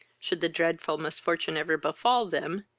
should the dreadful misfortune ever befall them,